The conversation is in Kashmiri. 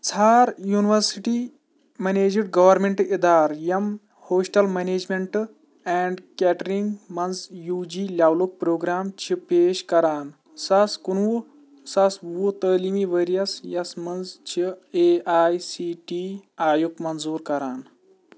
ژھار یونیورسِٹی میٚنیجٕڈ گورمٮ۪نٛٹ ادارٕ یِم ہوسٹل میٚنیجمٮ۪نٛٹ اینٛڈ کیٹرِنٛگ مَنٛز یوٗ جی لیولُک پروگرام چھِ پیش کران زٕ ساس کُنوُہ زٕ ساس وُہ تعلیٖمی ؤرۍیَس یَس مَنٛز چھِ A I C T E یُک منظوٗر کَران